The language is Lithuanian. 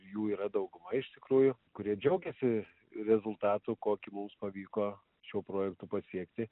jų yra dauguma iš tikrųjų kurie džiaugėsi rezultatų kokį mums pavyko šiuo projektu pasiekti